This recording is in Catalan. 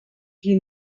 qui